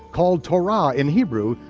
called torah in hebrew,